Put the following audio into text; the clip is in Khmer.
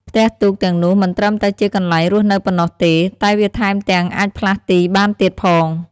ផ្ទះទូកទាំងនោះមិនត្រឹមតែជាកន្លែងរស់នៅប៉ុណ្ណោះទេ តែវាថែមទាំងអាចផ្លាស់ទីបានទៀតផង។